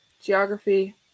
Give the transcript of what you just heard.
geography